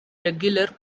regular